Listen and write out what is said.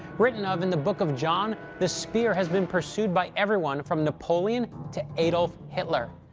written of in the book of john, the spear has been pursued by everyone from napoleon to adolf hitler.